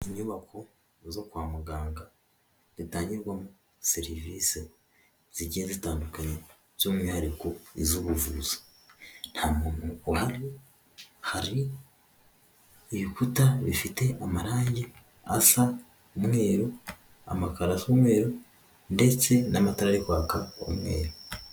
Inyubako zo kwa muganga zitangirwamo serivisi zigiye zitandukanye by'umwihariko iz'ubuvura nta muntu uhari, hari ibikuta bifite amarangi asa umweru amakaro asa umweru ndetse n'amatara arikwaka umweru.